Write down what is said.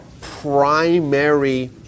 primary